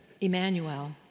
Emmanuel